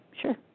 sure